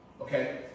Okay